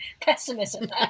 pessimism